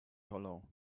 hollow